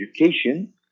education